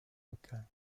locales